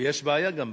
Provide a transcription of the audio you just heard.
יש בעיה גם בנושא.